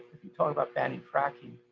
if you talk about banning fracking,